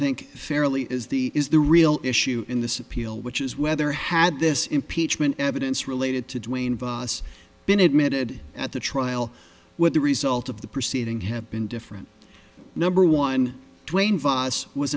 think fairly is the is the real issue in this appeal which is whether had this impeachment evidence related to duane vos been admitted at the trial what the result of the proceeding have been different number one twain vos was